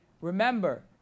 Remember